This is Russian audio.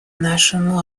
нашим